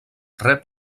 rep